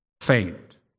faint